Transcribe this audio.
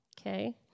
Okay